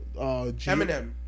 Eminem